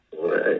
right